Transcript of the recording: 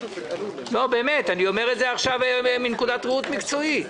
אני אומר את זה עכשיו מנקודת ראות מקצועית.